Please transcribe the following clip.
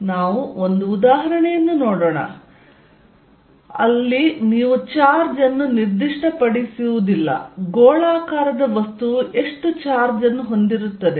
ನಾವು ಒಂದು ಉದಾಹರಣೆಯನ್ನು ನೋಡೋಣ ಆದ್ದರಿಂದ ಅಲ್ಲಿ ನೀವು ಚಾರ್ಜ್ ಅನ್ನು ನಿರ್ದಿಷ್ಟಪಡಿಸುವುದಿಲ್ಲ ಗೋಳಾಕಾರದ ವಸ್ತುವು ಎಷ್ಟು ಚಾರ್ಜ್ ಅನ್ನು ಹೊಂದಿರುತ್ತದೆ